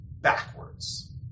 backwards